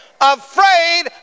afraid